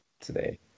today